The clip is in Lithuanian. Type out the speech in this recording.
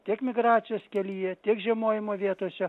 tiek migracijos kelyje tiek žiemojimo vietose